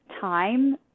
time